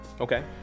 okay